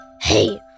Hey